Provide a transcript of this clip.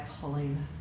pulling